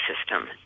system